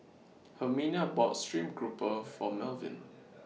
Herminia bought Stream Grouper For Melvyn